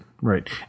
right